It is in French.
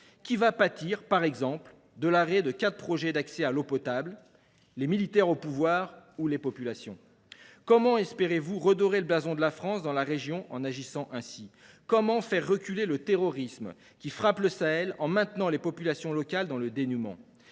Qui va pâtir, par exemple, de l’arrêt de quatre projets d’accès à l’eau potable ? Les militaires au pouvoir ou les populations ? Comment espérez vous redorer le blason de la France dans la région en agissant ainsi ? Comment faire reculer le terrorisme qui frappe le Sahel, en maintenant les populations locales dans le dénuement ?